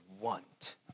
want